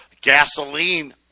Gasoline